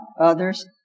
others